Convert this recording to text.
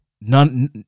none